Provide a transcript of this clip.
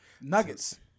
Nuggets